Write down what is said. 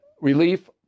relief